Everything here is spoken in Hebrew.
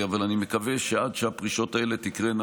אבל אני מקווה שעד שהפרישות האלה תקרינה,